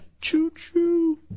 Choo-choo